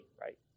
right